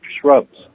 shrubs